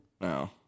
No